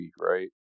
right